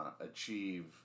achieve